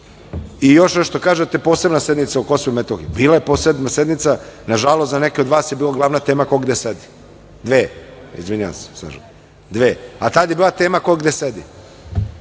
nešto. Kažete posebna sednica o Kosovu i Metohiji. Bila je posebna sednica, nažalost, za neke od vas je bila glavna tema ko gde sedi. Dve sednice su bile, a tad je bila tema ko gde sedi.Zašto